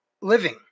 living